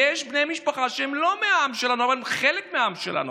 יש בני משפחה שהם לא מהעם שלנו אבל הם חלק מהעם שלנו.